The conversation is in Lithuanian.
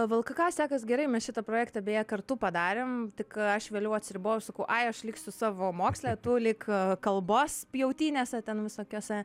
vlkk sekas gerai mes šitą projektą beje kartu padarėm tik aš vėliau atsiriboju ir sakau ai aš liksiu savo moksle tu lik kalbos pjautynėse ten visokiose